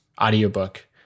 audiobook